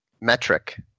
metric